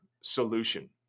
solution